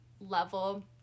level